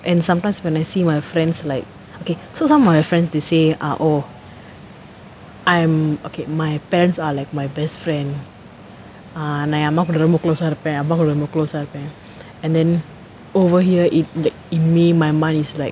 and sometimes when I see my friends like okay so some of my friends they say ah oh I'm okay my parents are like my best friend and I am not gonna move closer to them I'm not gonna move closer and then over here in in me my mind is like